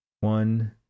one